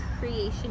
creation